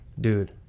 dude